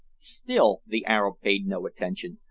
still the arab paid no attention,